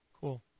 Cool